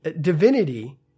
divinity